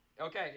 Okay